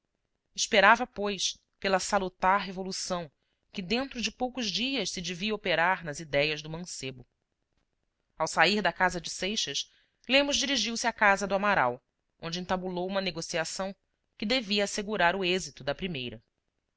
esperava pois pela salutar revolução que dentro de poucos dias se devia operar nas idéias do mancebo ao sair da casa de seixas lemos dirigiu-se à casa do amaral onde entabulou uma negociação que devia assegurar o êxito da primeira